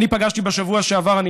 בשבוע שעבר פגשתי,